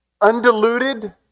Undiluted